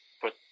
put